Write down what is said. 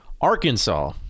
Arkansas